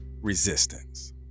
resistance